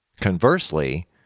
Conversely